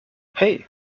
hey